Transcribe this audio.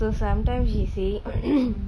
so sometimes she say